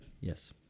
Yes